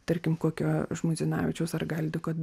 tarkim kokio žmuidzinavičiaus ar galdiko